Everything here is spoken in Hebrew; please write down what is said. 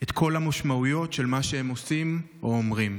את כל המשמעויות של מה שהם עושים או אומרים.